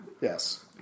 Yes